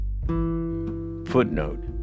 Footnote